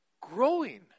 growing